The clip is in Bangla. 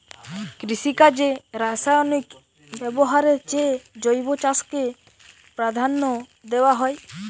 কৃষিকাজে রাসায়নিক ব্যবহারের চেয়ে জৈব চাষকে প্রাধান্য দেওয়া হয়